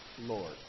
Lord